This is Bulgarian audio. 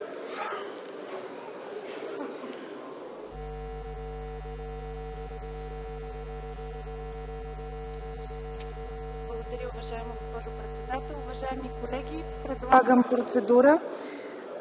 Благодаря, уважаема госпожо председател. Уважаеми колеги, предлагам процедура